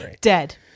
Dead